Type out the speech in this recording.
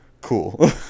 cool